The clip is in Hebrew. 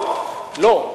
לא.